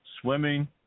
swimming